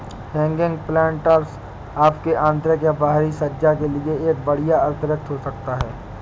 hanging planters आपके आंतरिक या बाहरी सज्जा के लिए एक बढ़िया अतिरिक्त हो सकते है